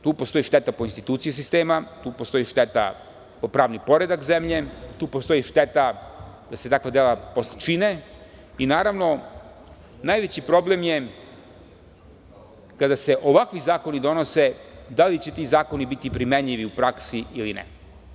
Tu postoji šteta po institucije sistema, tu postoji šteta po pravni poredak zemlje, tu postoji šteta da se takva dela posle čine, i naravno, najveći problem je kada se ovakvi zakoni donose, da li će ti zakoni biti primenljivi u praksi ili ne.